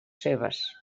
seves